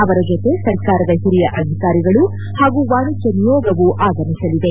ಅವರ ಜೊತೆ ಸರ್ಕಾರದ ಹಿರಿಯ ಅಧಿಕಾರಿಗಳು ಹಾಗೂ ವಾಣಿಜ್ಯ ನಿಯೋಗವೂ ಆಗಮಿಸಲಿದೆ